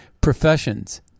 professions